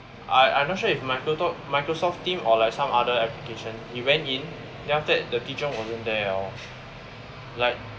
I I'm not sure if my micros~ Microsoft teams or like some other application he went in then after that the teacher wasn't there at all like